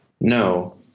No